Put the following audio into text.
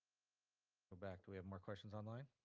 go back, do we have more questions online?